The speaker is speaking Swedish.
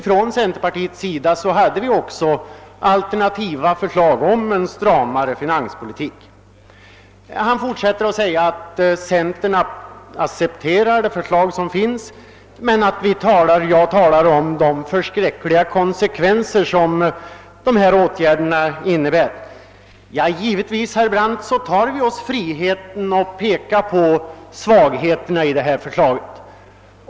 På centerpartihåll hade vi också alternativa förslag att framlägga om en Herr Brandt fortsatte med att säga att centern accepterar det förslag som finns men samtidigt talar om de förskräckliga konsekvenser som dessa åtgärder leder till. Ja, herr Brandt, självfallet tar vi oss friheten att peka på svagheterna i detta förslag.